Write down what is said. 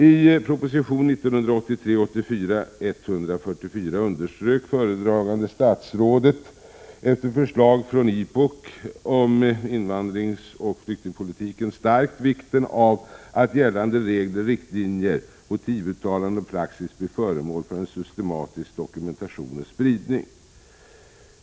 I proposition 1983/84:144 underströk föredragande statsrådet, efter förslag från IPOK, i fråga om invandringsoch flyktingpolitiken starkt vikten av att gällande regler, riktlinjer, motivuttalanden och praxis blir föremål för en systematisk dokumentation och spridning.